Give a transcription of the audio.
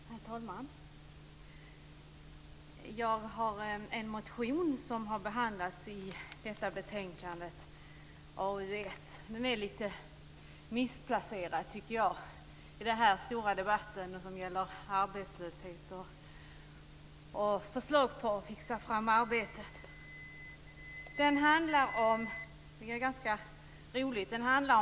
Herr talman! Jag har en motion som har behandlats i detta betänkande, AU1. Jag tycker att den är litet malplacerad i den här stora debatten, som ju gäller arbetslöshet och förslag om att fixa fram arbeten. Den handlar om lag som begränsar ljudnivån.